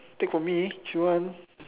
take from me if you want